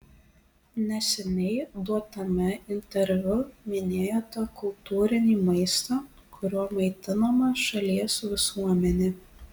neseniai duotame interviu minėjote kultūrinį maistą kuriuo maitinama šalies visuomenė